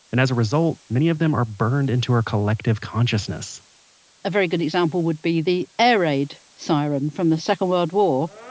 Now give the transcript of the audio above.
and as a result, many of them are burned into our collective consciousness a very good example would be the air raid siren from the second world war.